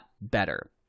better